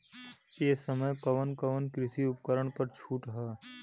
ए समय कवन कवन कृषि उपकरण पर छूट ह?